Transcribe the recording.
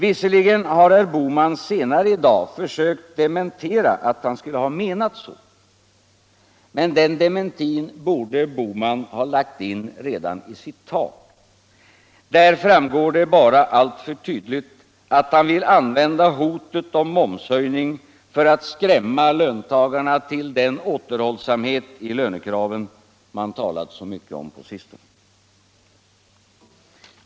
Visserligen har herr Bohman scenare i dag försökt dementera att han skulle ha menat så, men den dementin borde han ha lagt in redan i sitt tal. Där framgår det bara alltför tydligt att han vill använda hotet om momshöjning för alt skrämma löntagarna till den återhållsamhet i lönekraven man talat så mycket om på sistone.